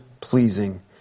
pleasing